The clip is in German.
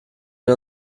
wir